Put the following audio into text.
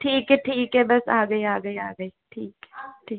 ठीक है ठीक है बस आ गई आ गई आ गई ठीक ठीक